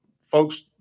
folks